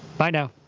bye now.